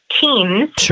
teams